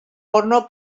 porno